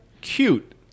cute